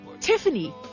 Tiffany